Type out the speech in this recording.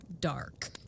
dark